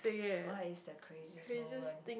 what is the craziest moment